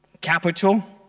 capital